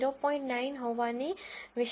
9 હોવાની વિશિષ્ટતા ચકાસી શકો છો